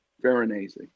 Veronese